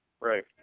Right